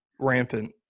rampant